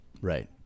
Right